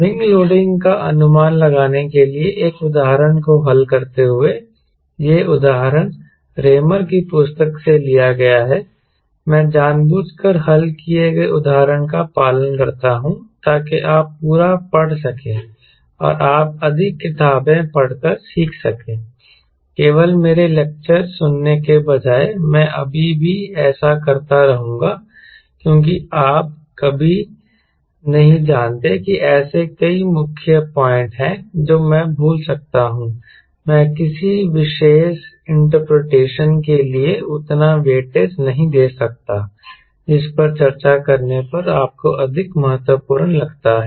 wing loading का अनुमान लगाने के लिए एक उदाहरण को हल करते हुए यह उदाहरण रेमर की पुस्तक से लिया गया है मैं जानबूझकर हल किए गए उदाहरण का पालन करता हूं ताकि आप पूरा पढ़ सकें और आप अधिक किताबें पढ़कर सीख सकें केवल मेरे लेक्चर सुनने के बजाय मैं अभी भी ऐसा करता रहूंगा क्योंकि आप कभी नहीं जानते कि ऐसे कई मुख्य पॉइंट हैं जो मैं भूल सकता हूं मैं किसी विशेष इंटरप्रिटेशन के लिए उतना वेटेज नहीं दे सकता जिस पर चर्चा करने पर आपको अधिक महत्वपूर्ण लगता है